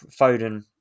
Foden